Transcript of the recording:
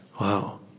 Wow